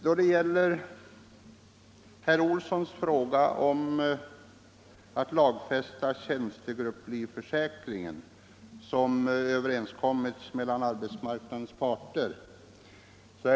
Herr Olsson i Stockholm föreslår lagfästning av den tjänstegrupplivförsäkring som överenskommits mellan arbetsmarknadens parter.